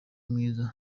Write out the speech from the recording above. mwiza